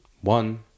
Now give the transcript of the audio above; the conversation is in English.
one